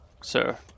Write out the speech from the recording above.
sir